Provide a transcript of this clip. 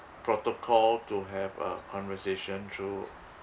protocol to have a conversation through